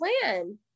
plan